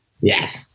yes